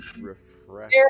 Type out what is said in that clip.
refresh